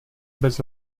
bez